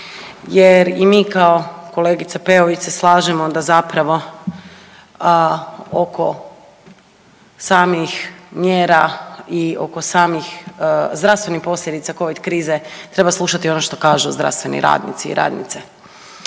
jer i mi kao kolegica Peović se slažemo da zapravo oko samih mjera i oko samih zdravstvenih posljedica covid krize treba slušati ono što kažu zdravstveni radnici i radnice.